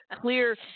clear